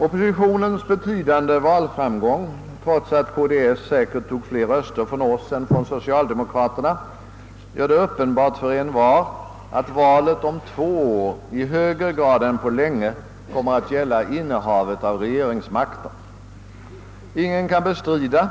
Oppositionens betydliga valframgång — trots att KDS säkert tog fler röster från oss än från socialdemokraterna — gör det uppenbart för envar att valet om två år i högre grad än på länge kommer att gälla innehavet av regeringsmakten. Ingen kan bestrida